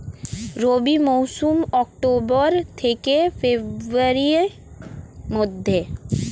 রবি মৌসুম অক্টোবর থেকে ফেব্রুয়ারির মধ্যে